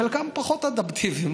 חלקם פחות אדפטיביים,